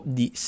di